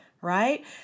Right